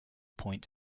point